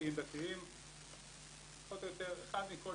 הממלכתיים-דתיים פחות או יותר אחד מכל